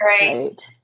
right